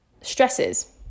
stresses